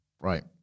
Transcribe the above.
Right